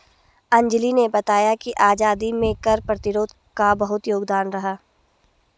अंजली ने बताया कि आजादी में कर प्रतिरोध का बहुत योगदान रहा